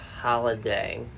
Holiday